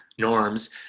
norms